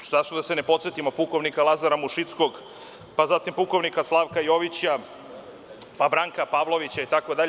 Zašto da se ne podsetimo, pukovnika Lazara Mušickog, zatim pukovnika Slavka Jovića, pa Branka Pavlovića itd.